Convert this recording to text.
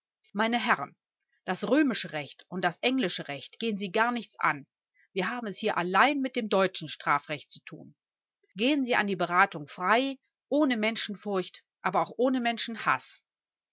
meine herren das römische recht und das englische recht gehen sie gar nichts an wir haben es hier allein mit dem deutschen strafrecht zu tun gehen sie an die beratung frei ohne menschenfurcht aber auch ohne menschenhaß